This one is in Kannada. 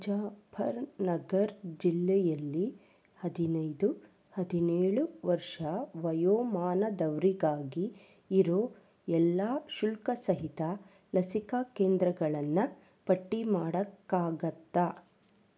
ಮುಜಾಫರ್ನಗರ್ ಜಿಲ್ಲೆಯಲ್ಲಿ ಹದಿನೈದು ಹದಿನೇಳು ವರ್ಷ ವಯೋಮಾನದವರಿಗಾಗಿ ಇರೋ ಎಲ್ಲ ಶುಲ್ಕಸಹಿತ ಲಸಿಕಾ ಕೇಂದ್ರಗಳನ್ನು ಪಟ್ಟಿ ಮಾಡಕ್ಕಾಗತ್ತಾ